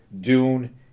Dune